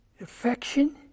affection